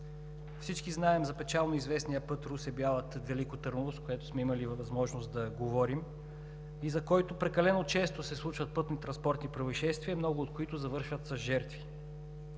Всички знаем за печално известния път Русе – Бяла – Велико Търново, за който сме имали възможност да говорим, на който прекалено често се случват пътнотранспортни произшествия, много от които завършват с жертви.